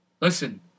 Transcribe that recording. Listen